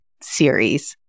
series